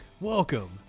welcome